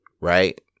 Right